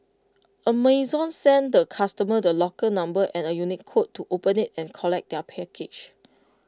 Amazon sends the customer the locker number and A unique code to open IT and collect their package